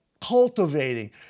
cultivating